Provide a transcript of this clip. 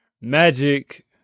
Magic